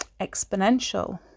exponential